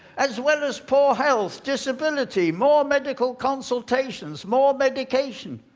as well as poor health, disability, more medical consultations, more medication,